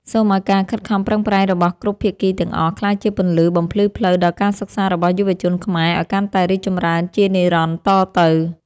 សូមឱ្យការខិតខំប្រឹងប្រែងរបស់គ្រប់ភាគីទាំងអស់ ក្លាយជាពន្លឺបំភ្លឺផ្លូវដល់ការសិក្សារបស់យុវជនខ្មែរឱ្យកាន់តែរីកចម្រើនជានិរន្តរ៍តទៅ។